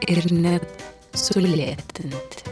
ir net sulėtinti